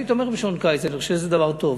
אני תומך בשעון קיץ, אני חושב שזה דבר טוב.